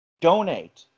donate